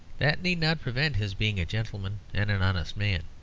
that need not prevent his being a gentleman and an honest man.